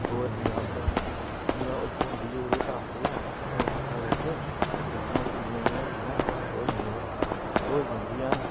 होर जि'यां अपने इयां इक होंदी ओह्दे टास्क जेहा आंदा फोन पुट्ठा करगे ओह् बिल्लियां शुल्लियां जि'यां होंदियां ओह् होई गेइयां ओह् होई जंदियां